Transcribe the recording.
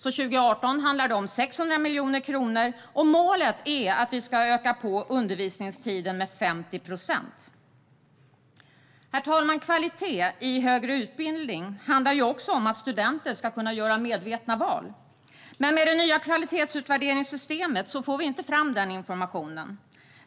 År 2018 handlar det om 600 miljoner kronor, och målet är att vi ska öka undervisningstiden med 50 procent. Herr talman! Kvalitet i högre utbildning handlar också om att studenter ska kunna göra medvetna val. Men med det nya kvalitetsutvärderingssystemet får vi inte fram den informationen.